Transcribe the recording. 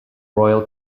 royal